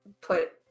put